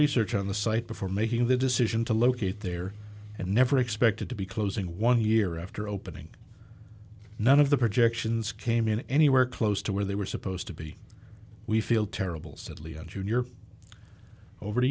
research on the site before making the decision to locate there and never expected to be closing one year after opening none of the projections came in anywhere close to where they were supposed to be we feel terrible said leon jr over to